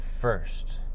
first